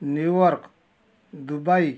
New York Dubai